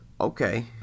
Okay